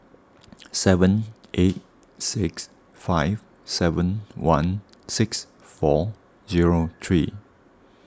seven eight six five seven one six four zero three